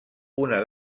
una